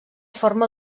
forma